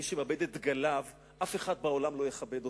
מי שמאבד את דגליו, אף אחד בעולם לא יכבד אותו.